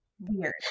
Weird